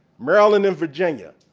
maryland, and virginia.